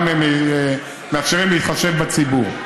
אבל גם להתחשב בציבור.